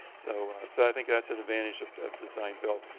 so so i think that's an advantage of of design-build.